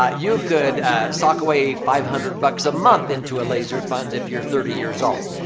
ah you could sock away five hundred bucks a month into a laser fund if you're thirty years old.